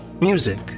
music